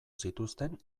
zituzten